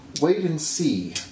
wait-and-see